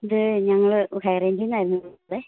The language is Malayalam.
ദേ ഞങ്ങൾ ഹൈറേഞ്ചിൽ നിന്നായിരുന്നു